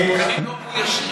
האיגוד.